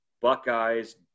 buckeyes